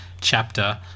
chapter